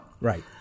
Right